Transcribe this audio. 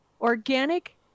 Organic